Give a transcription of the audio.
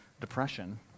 depression